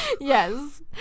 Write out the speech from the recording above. yes